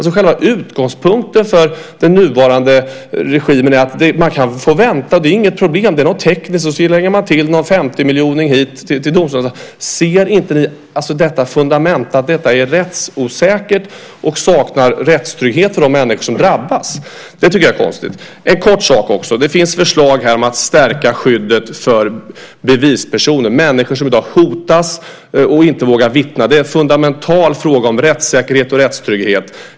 Själva utgångspunkten för den nuvarande regimen är att man kan få vänta, det är inget problem, det är någonting tekniskt. Sedan lägger man till 50 miljoner till domstolarna. Ser ni inte att detta är rättsosäkert? Det saknas rättstrygghet för de människor som drabbas. Det tycker jag är konstigt. Det finns förslag om att stärka skyddet för bevispersoner, människor som i dag hotas och inte vågar vittna. Det är en fundamental fråga om rättssäkerhet och rättstrygghet.